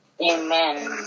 Amen